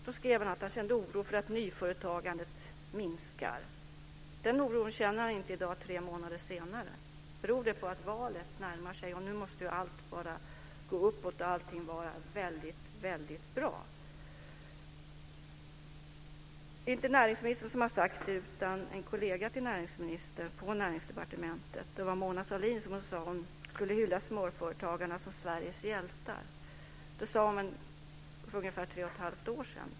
Då skrev han att han kände oro för att nyföretagandet minskar. Den oron känner han inte i dag, tre månader senare. Beror det på att valet närmar sig och att allt nu bara måste gå uppåt och vara väldigt, väldigt bra? Det är inte näringsministern som har sagt det utan det var en kollega till näringsministern på Näringsdepartementet - det var Mona Sahlin - som sade att hon skulle hylla småföretagarna som Sveriges hjältar. Det sade hon för ungefär tre och ett halv år sedan.